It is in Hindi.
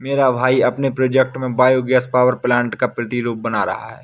मेरा भाई अपने प्रोजेक्ट में बायो गैस पावर प्लांट का छोटा प्रतिरूप बना रहा है